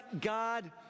God